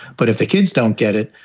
but if the kids don't get it,